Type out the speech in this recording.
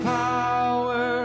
power